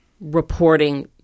reporting